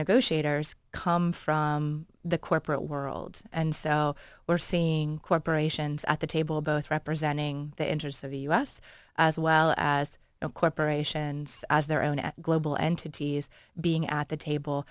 negotiators come from the corporate world and so we're seeing corporations at the table both representing the interests of the u s as well as a corporation and their own at global entities being at the table